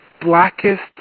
blackest